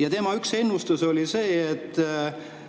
Ja tema üks ennustus, seisukoht